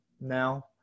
now